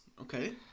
Okay